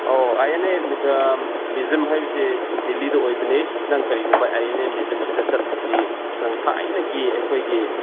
ꯑꯣ I N A museum ꯍꯥꯏꯕꯁꯦ ꯗꯤꯜꯂꯤꯗ ꯑꯣꯏꯕꯅꯤ ꯅꯪ ꯀꯔꯤꯒꯨꯝꯕ ꯑꯥꯏ ꯑꯦꯟ ꯑꯦ ꯃ꯭ꯌꯨꯖꯤꯌꯝꯁꯤꯗ ꯆꯠꯂꯗꯤ ꯅꯪ ꯊꯥꯏꯅꯒꯤ ꯑꯩꯈꯣꯏꯒꯤ